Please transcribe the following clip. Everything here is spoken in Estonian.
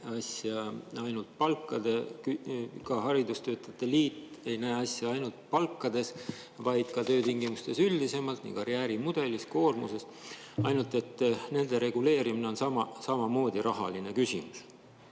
oleks ainult palkades, ka haridustöötajate liit ei näe, et asi oleks ainult palkades, vaid ka töötingimustes üldisemalt, nii karjäärimudelis kui ka koormuses. Aga nende reguleerimine on samamoodi rahaline küsimus.